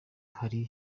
hari